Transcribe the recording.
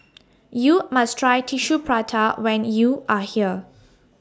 YOU must Try Tissue Prata when YOU Are here